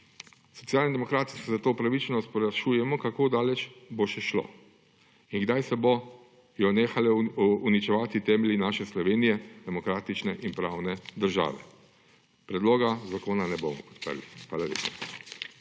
Socialni demokrati se zato upravičeno sprašujemo, kako daleč bo še šlo in kdaj se bodo nehali uničevati temelji naše Slovenije, demokratične in pravne države. Predloga zakona ne bomo podrli. Hvala lepa.